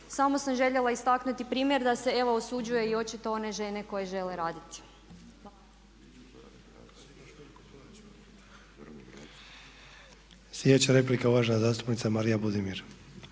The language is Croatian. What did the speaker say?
Samo sam željela istaknuti primjer da se evo osuđuje i očito one žene koje žele raditi.